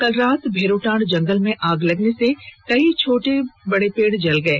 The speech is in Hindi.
बीती रात भेरोटांड जंगल में आग लगने से कई छोटे छोटे पेड़ जल गए